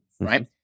right